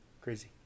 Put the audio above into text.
crazy